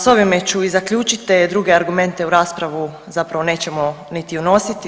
S ovime ću i zaključiti te druge argumente u raspravu zapravo nećemo niti unositi.